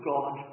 God